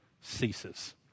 ceases